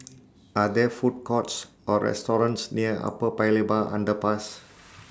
Are There Food Courts Or restaurants near Upper Paya Lebar Underpass